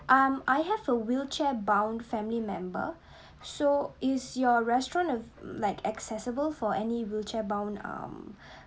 um I have a wheelchair bound family member so is your restaurant of like accessible for any wheelchair bound um